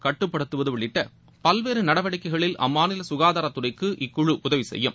கட்டுப்படுத்துவது உள்ளிட்ட பல்வேறு நடவடிக்கைகளில் அம்மாநில சுகாதாரத் துறைக்கு இக்குழு உதவி செய்யும்